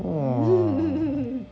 !wah!